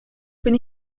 bin